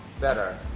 better